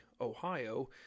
Ohio